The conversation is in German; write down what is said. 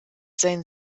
sein